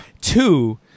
Two